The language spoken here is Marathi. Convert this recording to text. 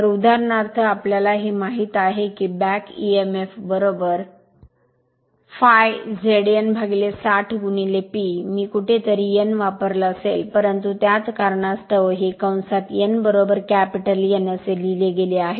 तर उदाहरणार्थ आम्हाला हे माहित आहे की back Emf ∅ Z n 60 P मी कुठेतरी n वापरला असेल परंतु त्याच कारणास्तव हे कंसात n N असे लिहिले गेले आहे